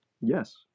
yes